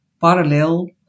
parallel